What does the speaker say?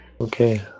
Okay